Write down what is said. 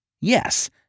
Yes